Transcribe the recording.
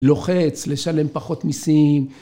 לוחץ, לשלם פחות מיסים.